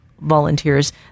volunteers